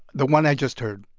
the one i just heard